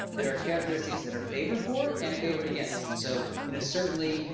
there are characteristics that are favored for and favored against. and so you know certainly,